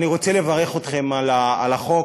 אני רוצה לברך אתכם על החוק,